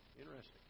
Interesting